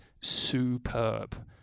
superb